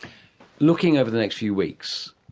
looking over the next few weeks,